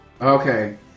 Okay